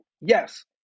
Yes